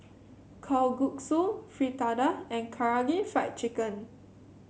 Kalguksu Fritada and Karaage Fried Chicken